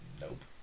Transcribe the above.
Nope